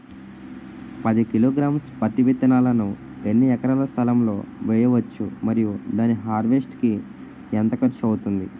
పది కిలోగ్రామ్స్ పత్తి విత్తనాలను ఎన్ని ఎకరాల స్థలం లొ వేయవచ్చు? మరియు దాని హార్వెస్ట్ కి ఎంత ఖర్చు అవుతుంది?